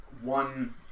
one